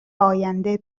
آینده